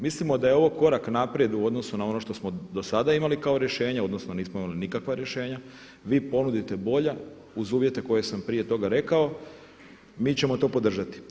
Mislimo da je ovo korak naprijed u odnosu na ono što smo do sada imali kao rješenje odnosno nismo imali nikakva rješenja, vi ponudite bolja uz uvjete koje sam prije toga rekao, mi ćemo to podržati.